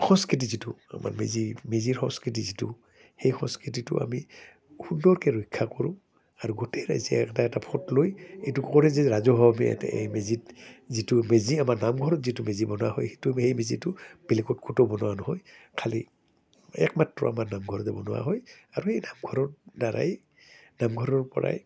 সংস্কৃতি যিটো আমাৰ মেজি মেজিৰ সংস্কৃতি যিটো সেই সংস্কৃতিটো আমি সুন্দৰকৈ ৰক্ষা কৰোঁ আৰু গোটেই ৰাইজে তাতে এটা ফোট লৈ এইটো কৰে যে ৰাজহুৱাভাৱে ইয়াতে এই মেজিত যিটো মেজি আমাৰ নামঘৰত যিটো মেজি বনোৱা হয় সেইটো সেই মেজিটো বেলেগত ক'তো বনোৱা নহয় খালি একমাত্ৰ আমাৰ নামঘৰতে বনোৱা হয় আৰু এই নামঘৰৰদ্বাৰাই নামঘৰৰপৰাই